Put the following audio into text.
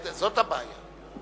זאת הבעיה.